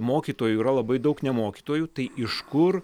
mokytojų yra labai daug ne mokytojų tai iš kur